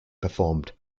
performed